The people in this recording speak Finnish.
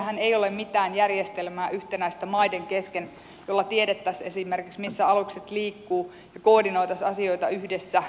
siellähän ei ole maiden kesken mitään yhtenäistä järjestelmää jolla tiedettäisiin esimerkiksi missä alukset liikkuvat ja koordinoitaisiin asioita yhdessä